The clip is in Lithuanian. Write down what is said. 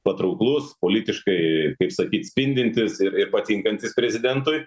patrauklus politiškai kaip sakyt spindintis ir ir patinkantis prezidentui